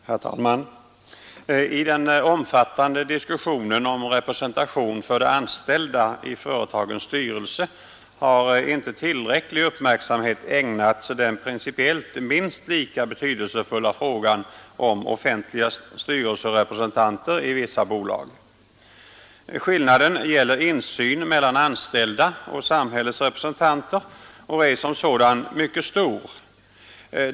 Herr talman! I den omfattande diskussionen om representation för de anställda i företagens styrelser har inte tillräcklig uppmärksamhet ägnats åt den principiellt minst lika betydelsefulla frågan om offentliga Styrelserepresentanter i vissa bolag. Skillnaden gäller insyn mellan anställda och samhällets representanter och är som sådan mycket stor.